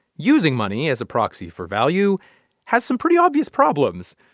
using money as a proxy for value has some pretty obvious problems.